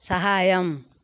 సహాయం